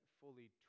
fully